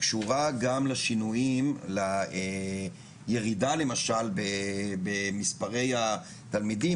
קשורה גם לשינויים לירידה במספרי התלמידים,